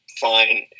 fine